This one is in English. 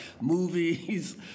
movies